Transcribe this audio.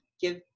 give